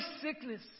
sickness